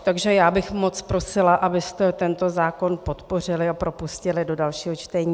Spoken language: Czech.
Takže já bych moc prosila, abyste tento zákon podpořili a propustili do dalšího čtení.